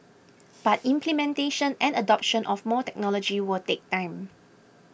but implementation and adoption of more technology will take time